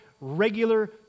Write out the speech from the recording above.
regular